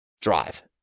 drive